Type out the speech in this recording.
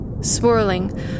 swirling